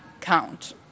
count